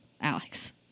Alex